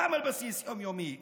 גם על בסיס יום-יומי.